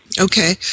Okay